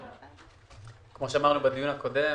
כמו שאמרנו בדיון הקודם,